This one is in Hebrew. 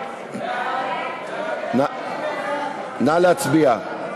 נא להצביע.